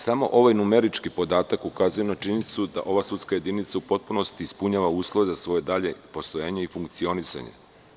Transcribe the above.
Samo ovaj numerički podatak ukazuje na činjenicu da ova sudska jedinica u potpunosti ispunjava uslove za svoje dalje postojanje i funkcionisanje.